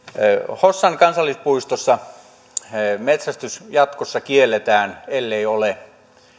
hossan kansallispuistossa metsästys jatkossa kielletään ellei ole